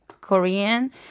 Korean